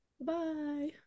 Bye